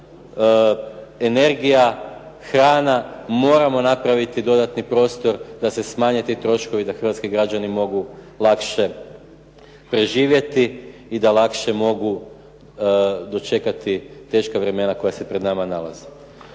su energija, hrana, moramo napraviti dodatni prostor da se smanje ti troškovi, da hrvatski građani mogu lakše preživjeti i da lakše mogu dočekati teška vremena koja se pred nama nalaze.